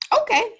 okay